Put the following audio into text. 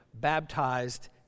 baptized